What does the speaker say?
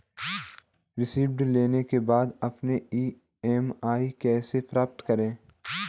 ऋण लेने के बाद अपनी ई.एम.आई कैसे पता करें?